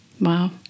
Wow